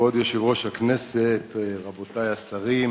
כבוד יושב-ראש הכנסת, רבותי השרים,